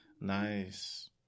Nice